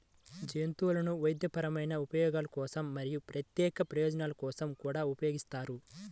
జంతువులను వైద్యపరమైన ఉపయోగాల కోసం మరియు ప్రత్యేక ప్రయోజనాల కోసం కూడా ఉపయోగిస్తారు